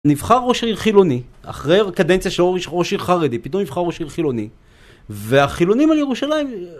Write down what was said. נבחר ראש העיר חילוני, אחרי הקדנציה שהוריש ראש עיר חרדי, פתאום נבחר ראש העיר חילוני והחילונים על ירושלים...